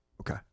Okay